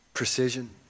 precision